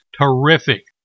Terrific